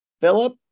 Philip